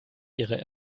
ihre